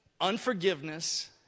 unforgiveness